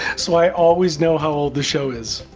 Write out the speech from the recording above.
so i always know how old the show is!